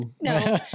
no